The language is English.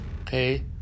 okay